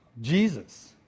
Jesus